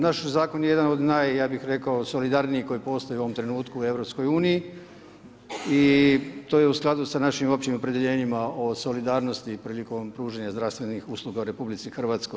Naš zakon je jedan od naj ja bih rekao solidarnijih koji postoje u ovom trenutku u EU i to je u skladu sa našim općim opredjeljenjima o solidarnosti prilikom pružanja zdravstvenih usluga u RH.